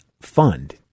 fund